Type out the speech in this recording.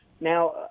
Now